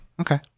Okay